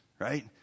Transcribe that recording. right